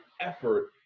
effort